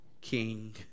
king